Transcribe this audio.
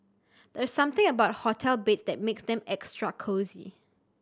there's something about hotel beds that makes them extra cosy